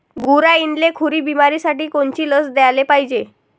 गुरांइले खुरी बिमारीसाठी कोनची लस द्याले पायजे?